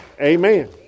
Amen